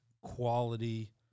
quality